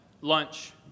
lunch